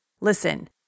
Listen